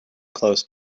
close